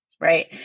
Right